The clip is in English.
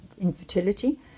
infertility